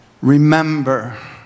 Remember